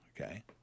Okay